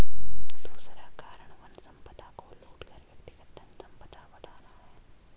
दूसरा कारण वन संपदा को लूट कर व्यक्तिगत धनसंपदा बढ़ाना है